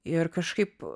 ir kažkaip